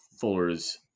Fuller's